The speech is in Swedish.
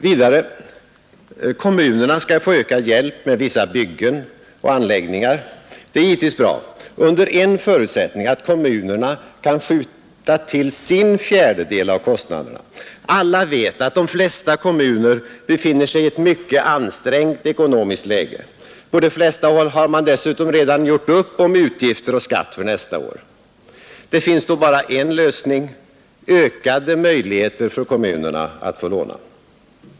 Vidare: Kommunerna skall få ökad hjälp med vissa byggen och anläggningar. Det är givetvis bra — under en förutsättning: att kommunerna kan skjuta till sin fjärdedel av kostnaderna. Alla vet att de flesta kommuner befinner sig i ett mycket ansträngt ekonomiskt läge. På de flesta håll har man dessutom redan gjort upp om utgifter och skatt för nästa år. Det finns då bara en lösning: ökade möjligheter att få låna.